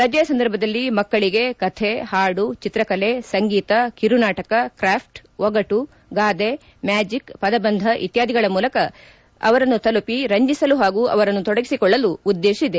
ರಜೆ ಸಂದರ್ಭದಲ್ಲಿ ಮಕ್ಕಳಿಗೆ ಕತೆ ಪಾಡು ಚಿತ್ರಕಲೆ ಸಂಗೀತ ಕಿರು ನಾಟಕ ಕ್ರಾಫ್ಟ್ ಒಗಟು ಗಾದೆ ಮ್ಯಾಜಿಕ್ ಪದಬಂಧ ಇತ್ಯಾದಿಗಳ ಮೂಲಕ ತಲುಪಿ ಅವರನ್ನು ರಂಜಿಸಲು ಹಾಗೂ ಅವರನ್ನು ತೊಡಗಿಸಿಕೊಳ್ಳಲು ಉದ್ದೇಶಿಸಿದೆ